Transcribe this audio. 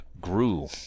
grew